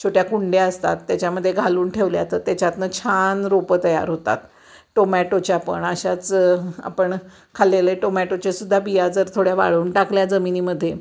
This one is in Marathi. छोट्या कुंड्या असतात त्याच्यामधे घालून ठेवल्या तर त्याच्यातून छान रोपं तयार होतात टोमॅटोच्या पण अशाच आपण खाल्लेले टोमॅटोचेसुद्धा बिया जर थोड्या वाळवून टाकल्या जमिनीमध्येे